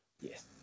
Yes